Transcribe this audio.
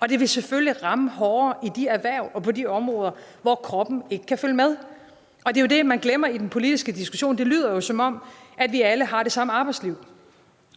og det vil selvfølgelig ramme hårdere i de erhverv og på de områder, hvor kroppen ikke kan følge med. Det er jo det, man glemmer i den politiske diskussion. Det lyder, som om vi alle har det samme arbejdsliv,